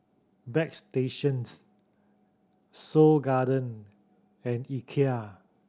Bagstationz Seoul Garden and Ikea